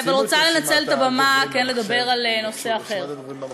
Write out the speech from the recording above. אני רוצה לנצל את הבמה כדי לדבר על נושא אחר.